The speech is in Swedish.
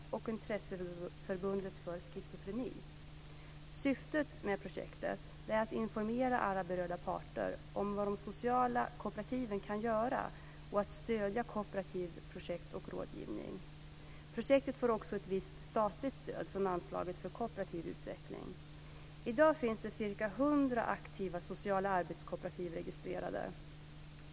Syftet med projektet är att informera alla berörda parter om vad de sociala kooperativen kan göra och att stödja kooperativa projekt med rådgivning. Projektet får också ett visst statligt stöd från anslaget för kooperativ utveckling. I dag finns ca 100 aktiva sociala arbetskooperativ registrerade.